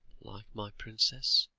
like my princess?